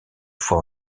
fois